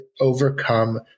overcome